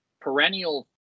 perennial